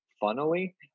funnily